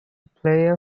player